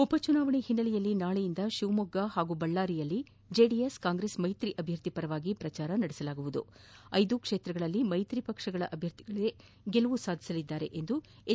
ಉಪ ಚುನಾವಣೆ ಹಿನ್ನೆಲೆಯಲ್ಲಿ ನಾಳೆಯಿಂದ ಶಿವಮೊಗ್ಗ ಪಾಗೂ ಬಳ್ಳಾರಿಯಲ್ಲಿ ಜೆಡಿಎಸ್ ಕಾಂಗ್ರೆಸ್ ಮೈತ್ರಿ ಅಭ್ಯರ್ಥಿ ಪರವಾಗಿ ಪ್ರಜಾರ ನಡೆಸಲಾಗುವುದು ಐದು ಕ್ಷೇತ್ರಗಳಲ್ಲಿ ಮೈತ್ರಿ ಪಕ್ಷಗಳ ಅಭ್ಯರ್ಥಿಗಳೇ ಗೆಲುವು ಸಾಧಿಸಲಿದ್ದಾರೆ ಎಂದು ಎಚ್